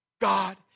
God